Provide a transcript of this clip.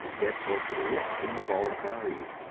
that's of inestimable value,